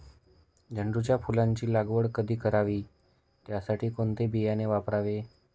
झेंडूच्या फुलांची लागवड कधी करावी? त्यासाठी कोणते बियाणे वापरावे?